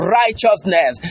righteousness